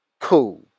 Cool